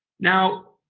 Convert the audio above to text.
now,